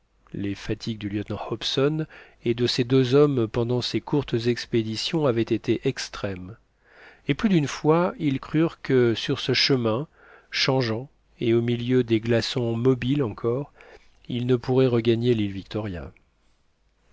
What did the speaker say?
les fatigues du lieutenant hobson et de ses deux hommes pendant ces courtes expéditions avaient été extrêmes et plus d'une fois ils crurent que sur ce chemin changeant et au milieu des glaçons mobiles encore ils ne pourraient regagner l'île victoria